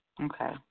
Okay